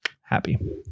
happy